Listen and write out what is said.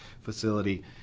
facility